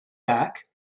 back